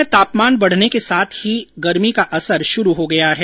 प्रदेश में तापमान बढ़ने के साथ ही गर्मी का असर शुरू हो गया है